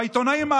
והעיתונאים,